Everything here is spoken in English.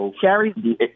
Sherry